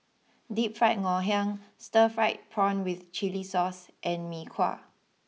deep Fried Ngoh Hiang Stir Fried Prawn with Chili Sauce and Mee Kuah